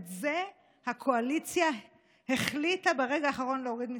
את זה הקואליציה החליטה ברגע האחרון להוריד מסדר-היום.